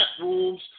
rooms